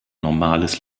normales